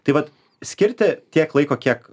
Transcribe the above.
tai vat skirti tiek laiko kiek